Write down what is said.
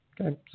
Okay